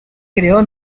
creó